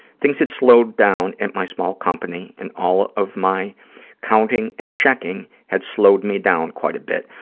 things had slowed down at my small company and all of my counting and checking had slowed me down quite a bit,